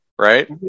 Right